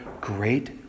great